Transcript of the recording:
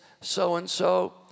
so-and-so